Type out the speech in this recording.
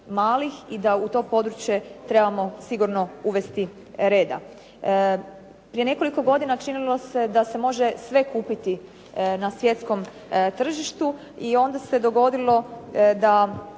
i da u to područje trebamo sigurno uvesti reda. Prije nekoliko godina činilo se da se može sve kupiti na svjetskom tržištu i onda se dogodilo da